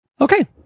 Okay